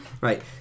right